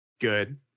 Good